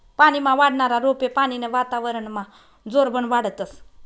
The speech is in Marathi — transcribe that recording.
पानीमा वाढनारा रोपे पानीनं वातावरनमा जोरबन वाढतस